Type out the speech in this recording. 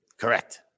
Correct